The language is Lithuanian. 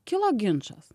kilo ginčas